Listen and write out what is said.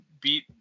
beat